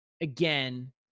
again